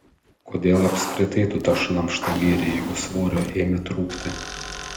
kodėl apskritai tu tą šlamštą gėrei jeigu svorio ėmė trūkti